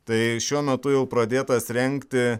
tai šiuo metu jau pradėtas rengti